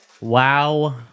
Wow